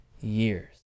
years